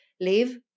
live